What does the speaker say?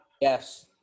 Yes